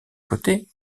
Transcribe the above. côtés